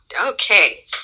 okay